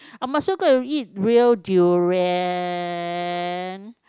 I might as well go and eat real durian